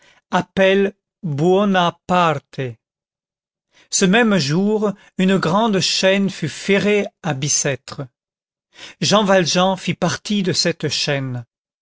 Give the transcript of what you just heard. appelle buona parte ce même jour une grande chaîne fut ferrée à bicêtre jean valjean fit partie de cette chaîne